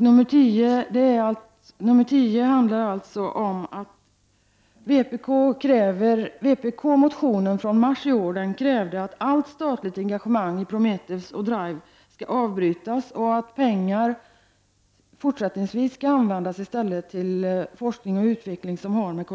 Reservation 10 handlar alltså om att vpk-motionen från mars i år krävde att allt statligt engagemang i Prometheus och Drive skall avbrytas och att pengarna i fortsättningen skall användas till forskning och utveckling som har samband med